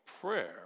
prayer